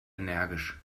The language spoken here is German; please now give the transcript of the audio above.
energisch